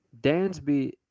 Dansby